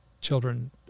children